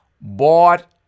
bought